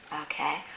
Okay